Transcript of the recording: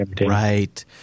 right